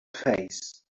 face